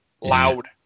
Loud